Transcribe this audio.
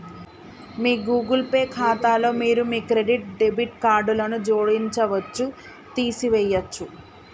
మీ Google Pay ఖాతాలో మీరు మీ క్రెడిట్, డెబిట్ కార్డులను జోడించవచ్చు, తీసివేయచ్చు